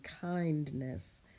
kindness